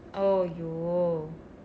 !aiyo!